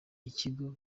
ikigo